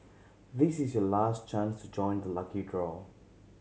this is your last chance to join the lucky draw